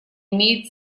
имеет